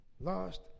lost